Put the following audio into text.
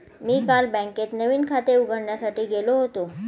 मी काल बँकेत नवीन खाते उघडण्यासाठी गेलो होतो